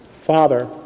Father